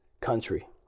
country